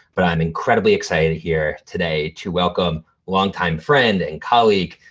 but i'm incredibly excited here today to welcome longtime friend and colleague.